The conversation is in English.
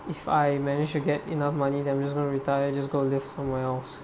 if I manage to get enough money reserved for retire then I will just go live somewhere else